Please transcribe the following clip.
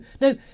no